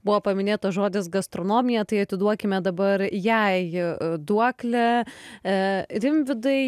buvo paminėtas žodis gastronomija tai atiduokime dabar jai duoklę e rimvydai